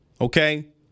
okay